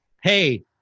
hey